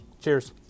Cheers